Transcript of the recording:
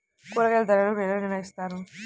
కూరగాయల ధరలు ఎలా నిర్ణయిస్తారు?